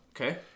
Okay